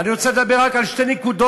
ואני רוצה לדבר רק על שתי נקודות,